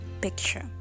picture